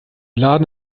laden